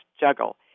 juggle